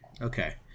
Okay